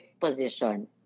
position